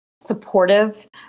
supportive